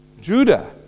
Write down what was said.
Judah